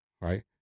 Right